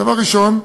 דבר ראשון,